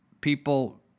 People